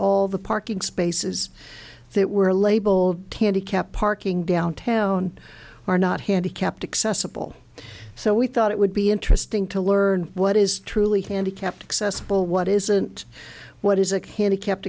all the parking spaces that were labeled tandy kept parking downtown are not handicapped accessible so we thought it would be interesting to learn what is truly handicapped accessible what isn't what is it handicapped